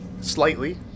slightly